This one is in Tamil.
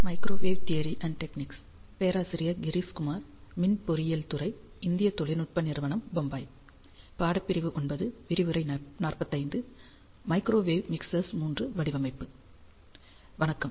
வணக்கம் மற்றும் மீண்டும் வருக